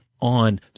on